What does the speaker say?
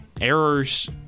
errors